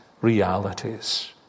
realities